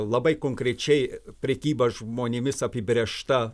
labai konkrečiai prekyba žmonėmis apibrėžta